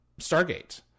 stargate